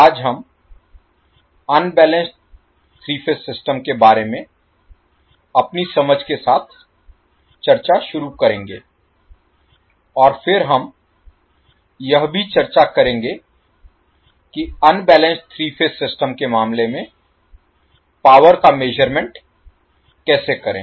आज हम unbalanced 3 phase system के बारे में अपनी समझ के साथ चर्चा शुरू करेंगे और फिर हम यह भी चर्चा करेंगे कि अनबैलेंस्ड 3 फेज सिस्टम के मामले में पावर का मेज़रमेंट कैसे करें